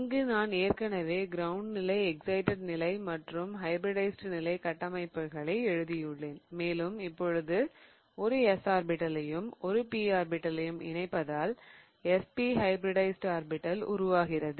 இங்கு நான் ஏற்கனவே கிரவுண்ட் நிலை எஸ்சிடெட் நிலை மற்றும் ஹைபிரிடைஸிட் நிலை கட்டமைப்புகளை எழுதியுள்ளேன் மேலும் இப்பொழுது ஒரு s ஆர்பிடலையும் ஒரு p ஆர்பிடலையும் இணைப்பதால் sp ஹைபிரிடைஸிட் ஆர்பிடல் உருவாகிறது